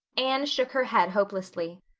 anne shook her head hopelessly.